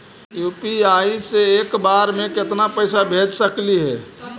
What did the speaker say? UPI से एक बार मे केतना पैसा भेज सकली हे?